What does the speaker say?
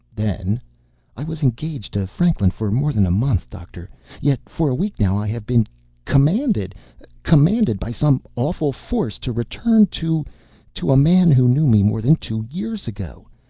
then i was engaged to franklin for more than a month, doctor yet for a week now i have been commanded commanded by some awful force, to return to to a man who knew me more than two years ago.